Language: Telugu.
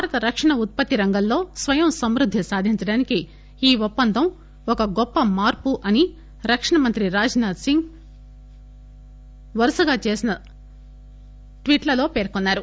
భారత రక్షణ ఉత్పత్తి రంగంలో స్వయం సంవృద్ది సాధించడానికి ఈ ఒప్పందం ఒక గొప్ప మార్పు అని రక్షణ మంత్రి రాజ్ నాథ్ సింగ్ వరుసగా చేసిన ట్వీట్స్ లో పేర్కొన్నారు